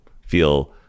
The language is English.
feel